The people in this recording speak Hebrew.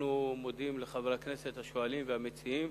אנחנו מודים לחברי הכנסת השואלים והמציעים,